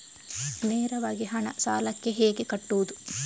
ನೇರವಾಗಿ ಹಣ ಸಾಲಕ್ಕೆ ಹೇಗೆ ಕಟ್ಟುವುದು?